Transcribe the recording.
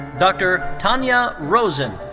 dr. tania rosen.